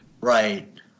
Right